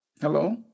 Hello